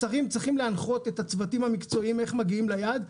השרים צריכים להנחות את הצוותים המקצועיים איך מגיעים ליעד,